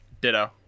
Ditto